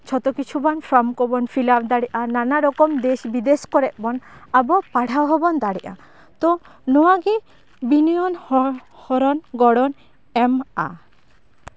ᱡᱷᱚᱛᱚ ᱠᱤᱪᱷᱩ ᱵᱚᱱ ᱯᱷᱚᱨᱚᱢ ᱠᱚᱵᱚᱱ ᱯᱷᱤᱞᱟᱯ ᱫᱟᱲᱮᱭᱟᱜᱼᱟ ᱱᱟᱱᱟ ᱨᱚᱠᱚᱢ ᱫᱮᱥ ᱵᱤᱫᱮᱥ ᱠᱚᱨᱮᱜ ᱵᱚᱱ ᱟᱵᱚ ᱯᱟᱲᱦᱟᱣ ᱦᱚᱸᱵᱚᱱ ᱫᱟᱲᱮᱜᱼᱟ ᱛᱳ ᱱᱚᱣᱟᱜᱮ ᱵᱤᱱᱤᱭᱚᱱ ᱦᱚᱨᱚᱱ ᱜᱚᱲᱚᱱ ᱮᱢ ᱟ